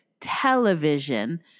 television